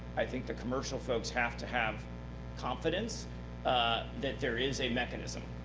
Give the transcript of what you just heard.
i think the commercial folks have to have confidence that there is a mechanism,